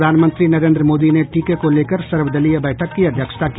प्रधानमंत्री नरेन्द्र मोदी ने टीके को लेकर सर्वदलीय बैठक की अध्यक्षता की